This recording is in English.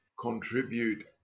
contribute